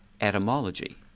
etymology